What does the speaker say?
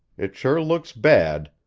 it sure looks bad.